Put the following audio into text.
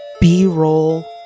b-roll